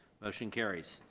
motion carries.